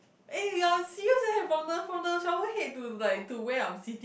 eh you are serious eh from the from the shower head to like to where I'm sitting